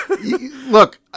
look